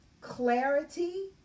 clarity